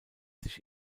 sich